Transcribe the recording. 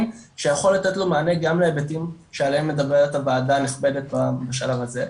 שיכול לתת לו מענה גם להיבטים שעליהם מדברת הוועדה הנכבדת בשלב הזה,